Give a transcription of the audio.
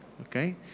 okay